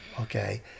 Okay